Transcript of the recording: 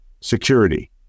security